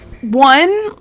one